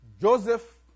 Joseph